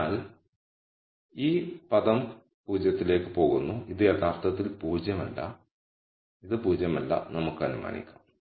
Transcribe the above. അതിനാൽ ഈ പദം 0 ലേക്ക് പോകുന്നു ഇത് യഥാർത്ഥത്തിൽ പൂജ്യമല്ല ഇത് പൂജ്യമല്ല നമുക്ക് അനുമാനിക്കാം